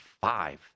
five